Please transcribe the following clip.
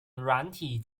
软体